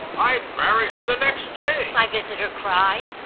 i'd marry her the next day! my visitor cried.